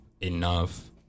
enough